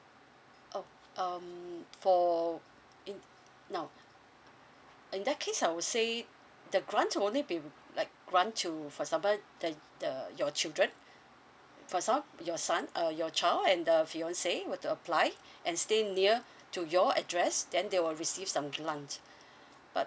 oh um for in no in that case I would say the grant will only be like grant to for example the the your children for example your son uh your child and uh fiance were to apply and stay near to your address then they will receive some grant but